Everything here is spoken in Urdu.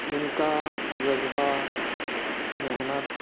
ان کا زذبہ محنت